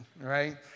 right